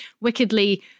wickedly